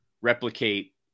replicate